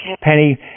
Penny